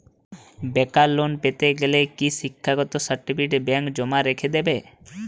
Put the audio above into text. বেকার লোন পেতে গেলে কি শিক্ষাগত সার্টিফিকেট ব্যাঙ্ক জমা রেখে দেবে?